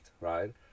right